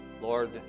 Lord